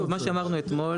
מה שאמרנו אתמול,